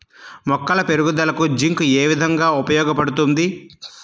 మొక్కల పెరుగుదలకు జింక్ ఏ విధముగా ఉపయోగపడుతుంది?